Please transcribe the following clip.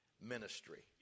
ministry